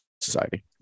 society